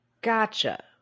Gotcha